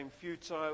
futile